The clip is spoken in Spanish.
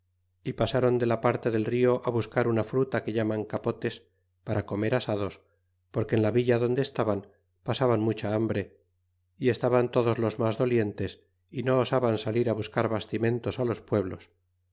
y pasron de la parte del rio buscar una fruta que llaman capotes para comer asados porque en la villa donde estaban pasaban mucha hambre y estaban todos los mas dolientes y no osa ban salir buscar bastimentos los pueblos